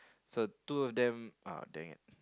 so two of them uh dang it